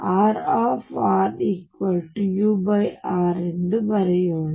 ನಾವು Rrur ಬರೆಯೋಣ